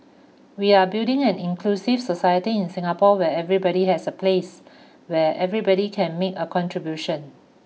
we are building an inclusive society in Singapore where everybody has a place where everybody can make a contribution